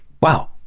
Wow